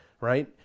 right